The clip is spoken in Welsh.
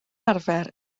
arfer